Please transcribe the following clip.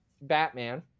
Batman